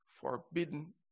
forbidden